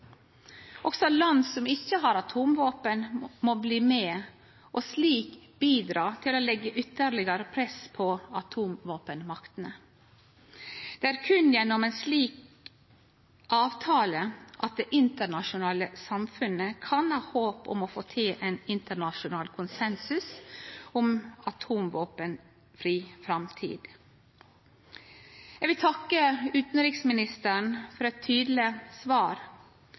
Også land som ikkje har atomvåpen, må bli med og slik bidra til å leggje ytterlegare press på atomvåpenmaktene. Det er berre gjennom ein slik avtale at det internasjonale samfunnet kan ha håp om å få til ein internasjonal konsensus om ei atomvåpenfri framtid. Eg vil takke utanriksministeren for eit tydeleg svar,